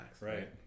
right